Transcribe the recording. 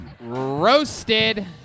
Roasted